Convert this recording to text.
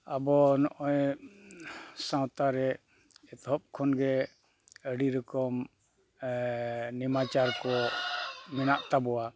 ᱟᱵᱚ ᱱᱚᱜᱼᱚᱭ ᱥᱟᱶᱛᱟ ᱨᱮ ᱮᱛᱚᱦᱚᱵ ᱠᱷᱚᱱ ᱜᱮ ᱟᱹᱰᱤ ᱨᱚᱠᱚᱢ ᱱᱮᱢᱟᱪᱟᱨ ᱠᱚ ᱢᱮᱱᱟᱜ ᱛᱟᱵᱚᱣᱟ